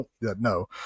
no